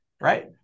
right